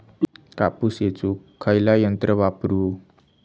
कापूस येचुक खयला यंत्र वापरू?